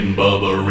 Bubba